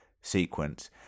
sequence